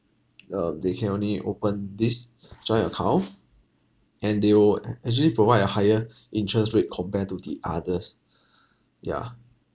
uh they can only open this joint account and they would a~ actually provide a higher interest rate compare to the others yeah